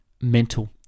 Mental